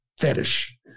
fetish